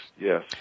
yes